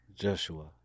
Joshua